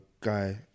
guy